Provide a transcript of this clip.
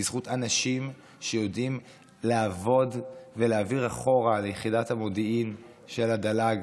בזכות אנשים שיודעים לעבוד ולהעביר אחורה ליחידת המודיעין של הדה-לג